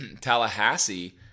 Tallahassee